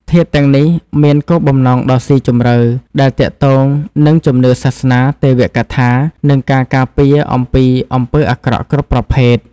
ធាតុទាំងនេះមានគោលបំណងដ៏ស៊ីជម្រៅដែលទាក់ទងនឹងជំនឿសាសនា ទេវកថា និងការការពារពីអំពើអាក្រក់គ្រប់ប្រភេទ។